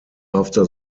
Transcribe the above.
after